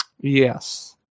Yes